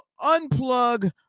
unplug